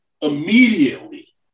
immediately